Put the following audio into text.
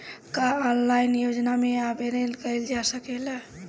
का ऑनलाइन योजना में आवेदन कईल जा सकेला?